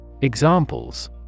Examples